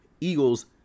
Eagles